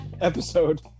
episode